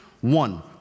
One